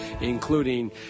including